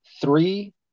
three